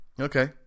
Okay